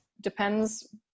depends